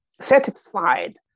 satisfied